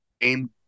game